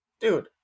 Dude